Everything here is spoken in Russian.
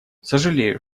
сожалею